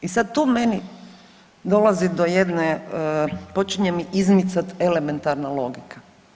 I sada tu meni dolazi do jedne počinje mi izmicati elementarna logika.